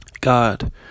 God